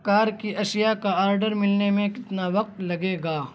کار کی اشیاء کا آڈر ملنے میں کتنا وقت لگے گا